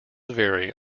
vary